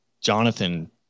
Jonathan